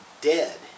dead